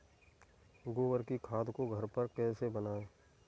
गोबर की खाद को घर पर कैसे बनाएँ?